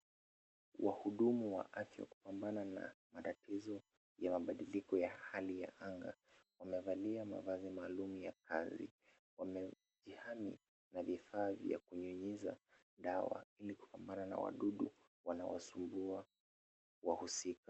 Wahudumu wa afya hupambana na matatizo ya mabadiliko ya hali ya anga. Wamevalia mavazi maalum ya kazi. Wamejihami na vifaa vya kunyunyiza dawa ili kupambana na wadudu wanaosumbua wahusika.